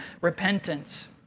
repentance